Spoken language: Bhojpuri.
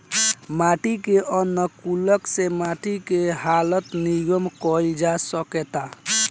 माटी के अनुकूलक से माटी के हालत निमन कईल जा सकेता